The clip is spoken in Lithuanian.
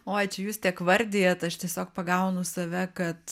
oi čia jūs tiek vardijat aš tiesiog pagaunu save kad